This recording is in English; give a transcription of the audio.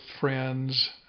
friends